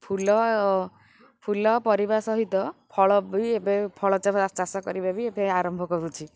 ଫୁଲ ଫୁଲ ପରିବା ସହିତ ଫଳ ବି ଏବେ ଫଳ ଚାଷ କରିବା ବି ଏବେ ଆରମ୍ଭ କରୁଛି